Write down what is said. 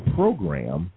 program